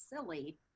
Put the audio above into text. silly